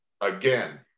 Again